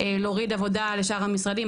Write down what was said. להוריד עבודה לשאר המשרדים.